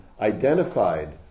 identified